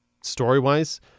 story-wise